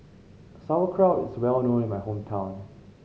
Sauerkraut is well known in my hometown